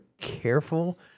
careful